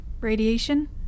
Radiation